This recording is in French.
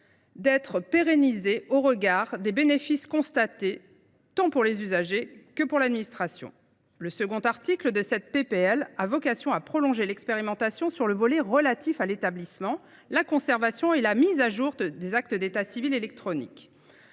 d’être pérennisée, au regard des bénéfices constatés tant pour les usagers que pour l’administration. Le second article de cette proposition de loi prolonge l’expérimentation sur le volet relatif à l’établissement, la conservation et la mise à jour des actes d’état civil électroniques.